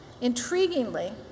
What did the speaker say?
Intriguingly